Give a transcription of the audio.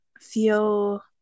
feel